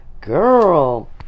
girl